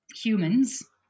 humans